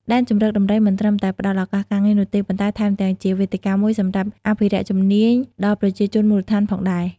ដែនជម្រកដំរីមិនត្រឹមតែផ្តល់ឱកាសការងារនោះទេ ប៉ុន្តែថែមទាំងជាវេទិកាមួយសម្រាប់ អភិវឌ្ឍន៍ជំនាញ ដល់ប្រជាជនមូលដ្ឋានផងដែរ។